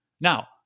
Now